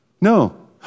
No